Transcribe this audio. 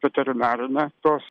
veterinarinę tos